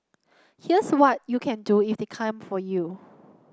here's what you can do if they came for you